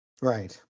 Right